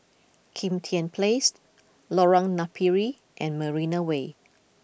Kim Tian Place Lorong Napiri and Marina Way